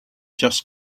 just